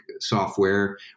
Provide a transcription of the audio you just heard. software